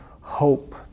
hope